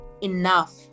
enough